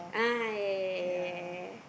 ah yeah yeah yeah yeah yeah yeah yeah